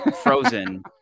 frozen